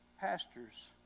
pastors